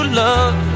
love